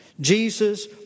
Jesus